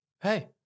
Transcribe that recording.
Hey